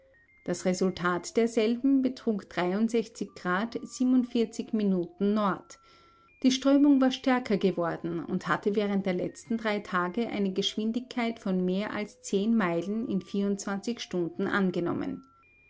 das resultat derselben betrug minuten die strömung war stärker geworden und hatte während der letzten drei tage eine geschwindigkeit von mehr als zehn meilen in vierundzwanzig stunden angenommen